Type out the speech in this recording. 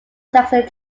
saxon